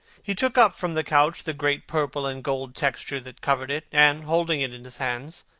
he took up from the couch the great purple-and-gold texture that covered it, and, holding it in his hands,